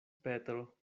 petro